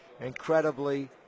incredibly